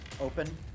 open